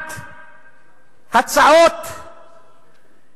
בעד הצעות שלפעמים בגרמנית היו נשמעות